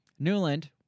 Newland